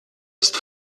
ist